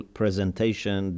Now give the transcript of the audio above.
presentation